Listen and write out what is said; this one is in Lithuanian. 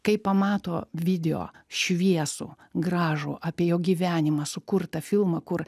kai pamato video šviesų gražų apie jo gyvenimą sukurtą filmą kur